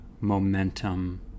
momentum